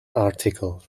article